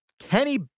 Kenny